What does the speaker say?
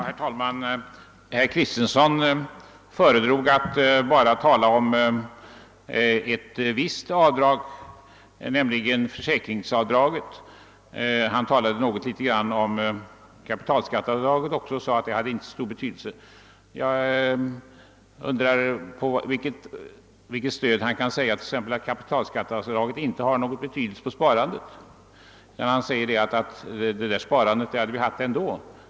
Herr talman! Herr Kristenson föredrog att huvudsakligen uppehålla sig vid endast ett avdrag, nämligen försäkringsavdraget. Beträffande kapitalskatteavdraget, som han också sade några ord om, framhöll han att det inte hade så stor betydelse. Jag undrar vad herr Kristenson då stöder sig på. Har inte det avdraget någon betydelse för sparandet? Vi hade haft det sparandet ändå, sade herr Kristenson.